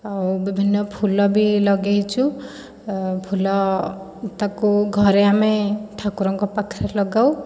ଆଉ ବିଭିନ୍ନ ଫୁଲ ବି ଲଗାଇଛୁ ଆଉ ଫୁଲ ତାକୁ ଘରେ ଆମେ ଠାକୁରଙ୍କ ପାଖରେ ଲଗାଉ